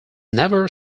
never